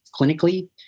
clinically